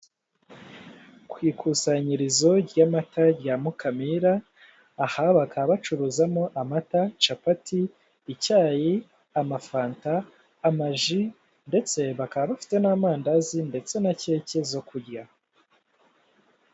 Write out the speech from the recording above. Ku ikusanyirizo ry'amata rya Mukamira aha bakaba bacuruzamo amata, capati, icyayi, amafanta, amaji ndetse bakaba bafite n'amandazi ndetse na keke zo kurya.